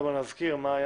כן.